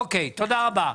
אוקיי, תודה רבה.